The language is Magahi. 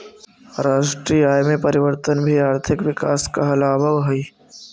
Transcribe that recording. राष्ट्रीय आय में परिवर्तन भी आर्थिक विकास कहलावऽ हइ